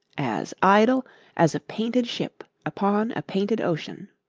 as idle as a painted ship upon a painted ocean.